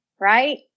right